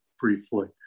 briefly